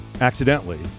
accidentally